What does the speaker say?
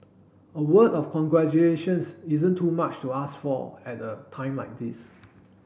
a word of congratulations isn't too much to ask for at a time like this